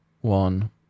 one